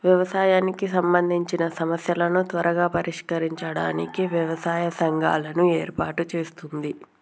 వ్యవసాయానికి సంబందిచిన సమస్యలను త్వరగా పరిష్కరించడానికి వ్యవసాయ సంఘాలను ఏర్పాటు చేస్తుంది